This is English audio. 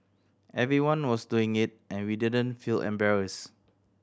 everyone was doing it and we didn't feel embarrassed